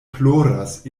ploras